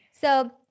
So-